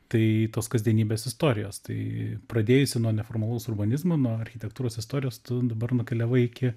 tai tos kasdienybės istorijos tai pradėjusi nuo neformalaus urbanizmo nuo architektūros istorijos tu dabar nukeliavai iki